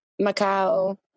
Macau